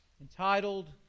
entitled